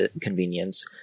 convenience